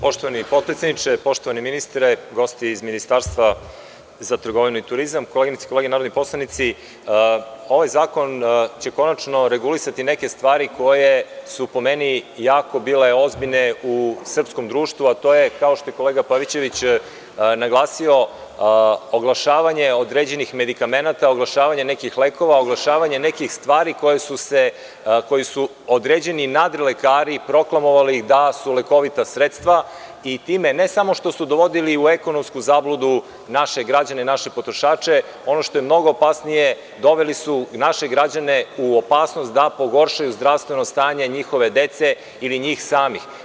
Poštovani potpredsedniče, poštovani ministre, gosti iz Ministarstva za trgovinu i turizam, koleginice i kolege narodni poslanici, ovaj zakon će konačno regulisati neke stvari koje su po meni jako bile ozbiljne u srpskom društvu, a to je, kao što je kolega Pavićević naglasio, oglašavanje određenih medikamenata, oglašavanje nekih lekova, oglašavanje nekih stvari koje su određeni nadrilekari proklamovali da su lekovita sredstva i time, ne samo što su dovodili u ekonomsku zabludu naše građane, naše potrošače, ono što je mnogo opasnije, doveli su naše građane u opasnost da pogoršaju zdravstveno stanje njihove dece ili njih samih.